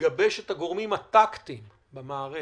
לגבש את הגורמים הטקטיים במערכת